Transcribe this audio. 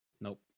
Nope